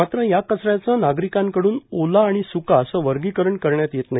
मात्र या कचऱ्याचे नागरिकांकडून ओला आणि स्का असे वर्गीकरण करण्यात येत नाही